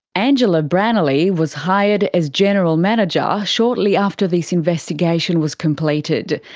angela brannelly was hired as general manager shortly after this investigation was completed.